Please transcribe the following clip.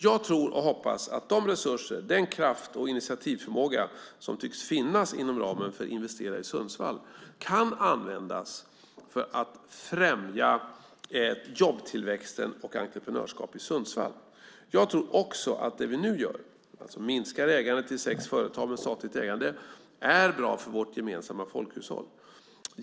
Jag tror och hoppas att de resurser, den kraft och den initiativförmåga som tycks finnas inom ramen för Investera i Sundsvall kan användas för att främja jobbtillväxten och entreprenörskap i Sundsvall. Jag tror också att det vi nu gör, alltså minskar ägandet i sex företag med statligt ägande, är bra för vårt gemensamma folkhushåll.